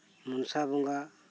ᱢᱚᱱᱥᱟ ᱵᱚᱸᱜᱟ